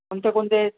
कोणत्या कोणत्या आहेत